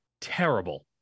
terrible